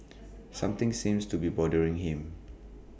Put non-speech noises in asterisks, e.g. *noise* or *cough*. *noise* something seems to be bothering him